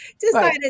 decided